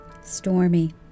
Stormy